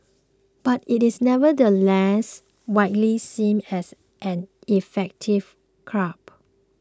but it is nevertheless widely seen as an effective curb